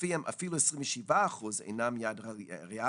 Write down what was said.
לפיהם אפילו 27 אחוזים אינם יעד ריאלי,